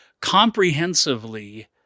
comprehensively